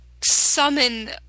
summon